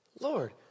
Lord